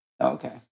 Okay